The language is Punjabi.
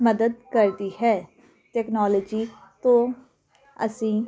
ਮਦਦ ਕਰ ਰਹੀ ਹੈ ਟੈਕਨੋਲੋਜੀ ਤੋਂ ਅਸੀਂ